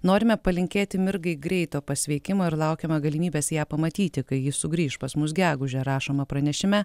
norime palinkėti mirgai greito pasveikimo ir laukiama galimybės ją pamatyti kai ji sugrįš pas mus gegužę rašoma pranešime